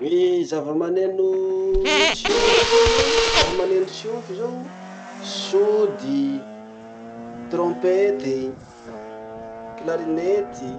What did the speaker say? Ny zava-maneno tsiofy koa zao, ny raha maneno tsiofy zao: sody, trompety, klarinety.